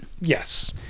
Yes